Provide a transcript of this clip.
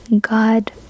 god